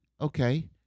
Okay